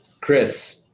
Chris